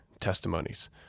testimonies